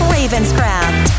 Ravenscraft